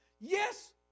Yes